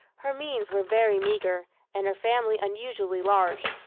her means were very meagre, and her family unusually large.